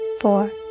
four